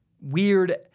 weird